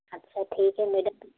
अच्छा ठीक है मैडम